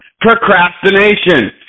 procrastination